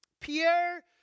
Pierre